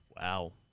Wow